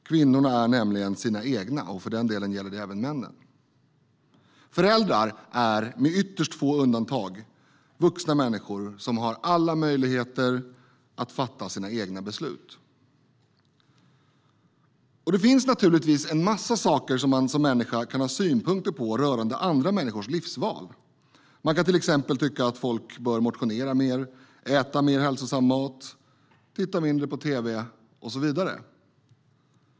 Kvinnorna är nämligen sina egna. Det gäller för den delen även männen. Föräldrar är, med ytterst få undantag, vuxna människor som har alla möjligheter att fatta sina egna beslut. Det finns naturligtvis en massa saker som man som människa kan ha synpunkter på rörande andra människors livsval. Man kan till exempel tycka att folk bör motionera mer, äta mer hälsosam mat, titta mindre på tv och så vidare.